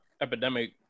epidemic